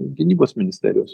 gynybos ministerijos